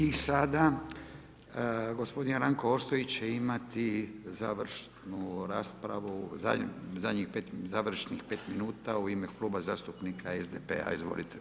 I sada gospodin Ranko Ostojić će imati završnu raspravu, završnih 5 minuta u ime Kluba zastupnika SDP-a, izvolite.